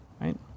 right